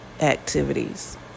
activities